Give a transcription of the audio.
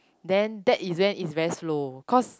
then that is when it's very slow cause